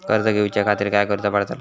कर्ज घेऊच्या खातीर काय करुचा पडतला?